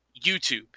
YouTube